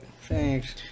thanks